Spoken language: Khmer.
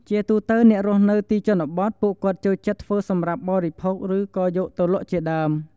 ជាទូទៅអ្នករស់នៅទីជនបទពួកគាត់ចូលចិត្តធ្វើសម្រាប់បរិភោគ ឬក៏យកទៅលក់ជាដើម។